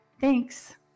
Thanks